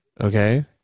Okay